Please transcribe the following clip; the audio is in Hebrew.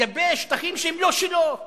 לגבי שטחים שהם לא שלו במקור,